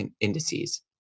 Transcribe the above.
indices